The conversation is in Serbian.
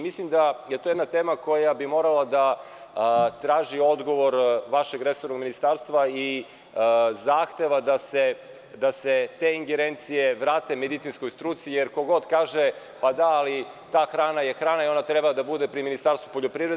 Mislim da je to jedna tema koja bi morala da traži odgovor vašeg resornog ministarstva i zahteva da se te ingerencije vrate medicinskoj struci, jer ko god kaže – pa da, ali ta hrana je hrana i ona treba da bude pri Ministarstvu poljoprivrede.